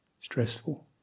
Stressful